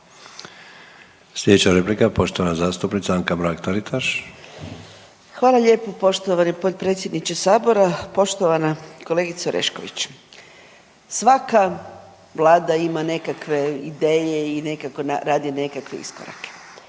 Sljedeća replika poštovana zastupnica Anka Mrak Taritaš. **Mrak-Taritaš, Anka (GLAS)** Hvala lijepo poštovano potpredsjedniče sabora. Poštovana kolegice Orešković. Svaka vlada ima nekakve ideje i radi nekakve iskorake.